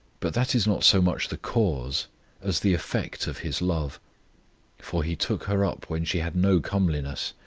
but that is not so much the cause as the effect of his love for he took her up when she had no comeliness.